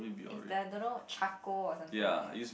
is the don't know charcoal or something one is it